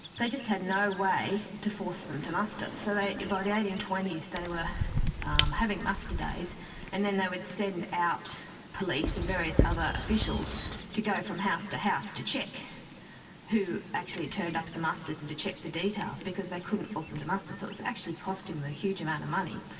they just had no way to force them to muster. so by the eighteen twenty s they were having muster days and then they would send out police and various other officials to go from house to house to check who actually had turned up at the musters and to check the details because they couldn't force them to muster. so it was actually costing them a huge amount of money.